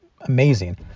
amazing